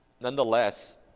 Nonetheless